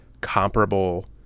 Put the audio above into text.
comparable